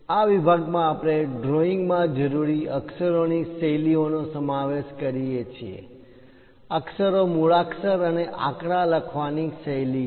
આ વિભાગમાં આપણે ડ્રોઈંગ માં જરૂરી અક્ષરોની શૈલીઓ નો સમાવેશ કરીએ છીએ અક્ષરો મૂળાક્ષરો અને આંકડા લખવાની શૈલી છે